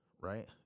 right